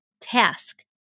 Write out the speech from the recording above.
task